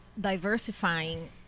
diversifying